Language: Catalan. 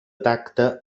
tacte